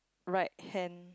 right hand